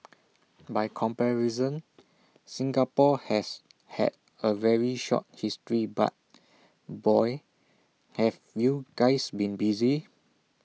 by comparison Singapore has had A very short history but boy have you guys been busy